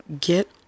get